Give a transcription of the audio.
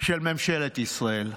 של ממשלת ישראל.